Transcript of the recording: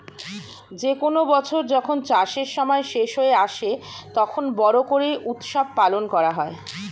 যে কোনো বছর যখন চাষের সময় শেষ হয়ে আসে, তখন বড়ো করে উৎসব পালন করা হয়